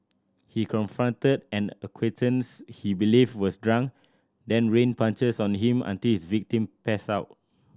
he confronted an acquaintance he believed was drunk then rained punches on him until his victim passed out